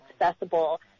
accessible